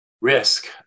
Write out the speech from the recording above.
risk